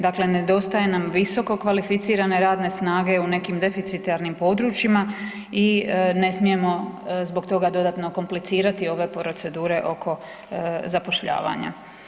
Dakle, nedostaje nam visoko kvalificirane snage u nekim deficitarnim područjima i ne smijemo zbog toga dodatno komplicirati ove procedure oko zapošljavanja.